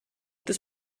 this